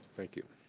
thank you.